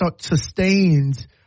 sustains